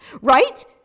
right